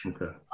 Okay